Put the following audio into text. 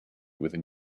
within